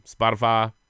Spotify